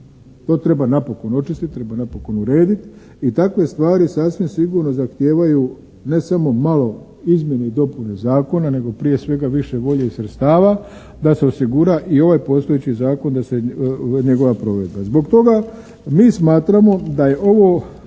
To treba napokon očistiti, treba napokon urediti i takve stvari sasvim sigurno zahtijevaju ne samo malo izmjene i dopune zakona nego prije svega više volje i sredstava da se osigura i ovaj postojeći zakon, da se njegova provedba. Zbog toga mi smatramo da je ovo